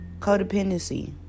codependency